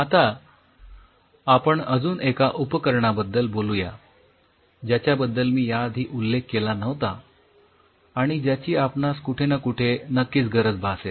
आता आपण अजून एका उपकरणाबद्दल बोलूया ज्याच्या बद्दल मी याआधी उल्लेख केला नव्हता आणि ज्याची आपणास कुठे ना कुठे नक्कीच गरज भासेल